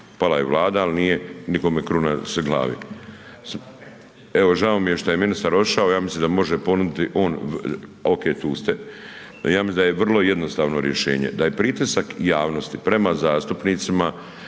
pala je vlada, al nije nikome kruna s glave. Evo žao mi je šta je ministar otišao, ja mislim da može ponuditi on, ok tu ste, ja mislim da je vrlo jednostavno rješenje. Da je pritisak javnosti prema zastupnicima